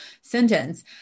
sentence